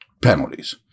penalties